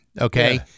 okay